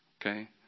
Okay